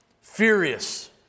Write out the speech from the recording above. furious